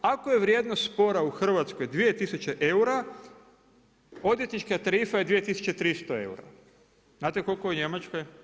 Ako je vrijednost spora u Hrvatskoj 2 000 eura, odvjetnička tarifa je 2 300 eura, znate koliko je u Njemačkoj?